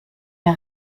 der